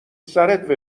سرت